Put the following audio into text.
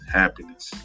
happiness